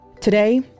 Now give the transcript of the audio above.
Today